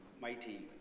Mighty